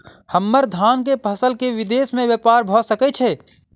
हम्मर धान केँ फसल केँ विदेश मे ब्यपार भऽ सकै छै?